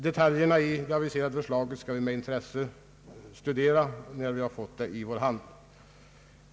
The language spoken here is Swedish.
Detaljerna i det aviserade förslaget skall vi med intresse studera när vi har fått det i vår hand.